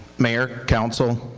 mayor, council,